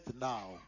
now